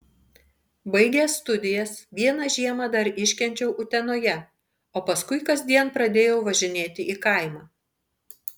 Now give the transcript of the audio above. baigęs studijas vieną žiemą dar iškenčiau utenoje o paskui kasdien pradėjau važinėti į kaimą